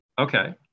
Okay